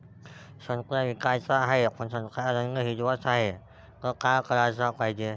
संत्रे विकाचे हाये, पन संत्र्याचा रंग हिरवाच हाये, त का कराच पायजे?